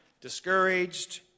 discouraged